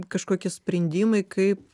kažkokie sprendimai kaip